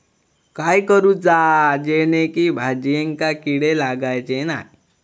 काय करूचा जेणेकी भाजायेंका किडे लागाचे नाय?